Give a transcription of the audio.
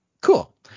Cool